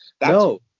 No